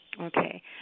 Okay